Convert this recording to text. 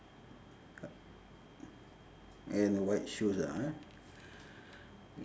and a white shoes ah eh